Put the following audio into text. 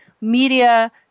media